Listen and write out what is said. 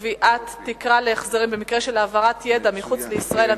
קביעת תקרה להחזרים במקרה של העברת ידע מחוץ לישראל),